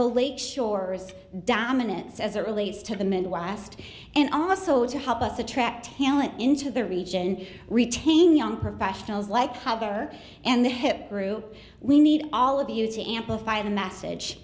the lake shore dominance as it relates to the midwest and also to help us attract talent into the region retaining young professionals like father and the hip group we need all of you to amplify the mass